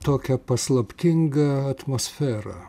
tokia paslaptingą atmosferą